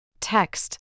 Text